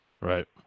Right